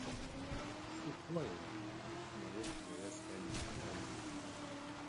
šukuojame mirtinoje tyloje skendintį aūlą